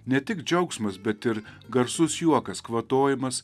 ne tik džiaugsmas bet ir garsus juokas kvatojimas